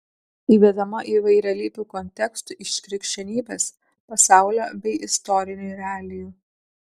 įvedama įvairialypių kontekstų iš krikščionybės pasaulio bei istorinių realijų